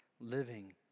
living